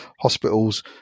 hospitals